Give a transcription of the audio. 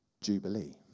jubilee